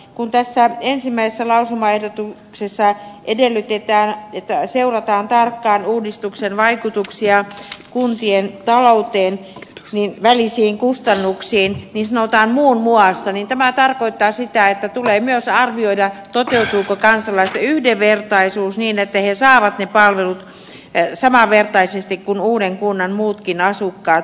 kun tässä ensimmäisessä lausumaehdotuksessa edellytetään että seurataan tarkkaan uudistuksen vaikutuksia muun muassa kuntien välisiin kustannuksiin ja kun sanotaan muun muassa niin tämä tarkoittaa sitä että tulee myös arvioida toteutuuko kansalaisten yhdenvertaisuus niin että he saavat ne palvelut samanvertaisesti kuin uuden kunnan muutkin asukkaat